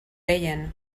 deien